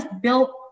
built